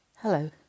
Hello